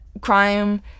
crime